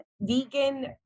vegan